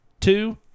Two